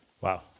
Wow